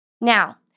Now